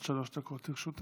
בבקשה, עד שלוש דקות לרשותך.